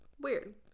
Weird